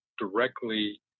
directly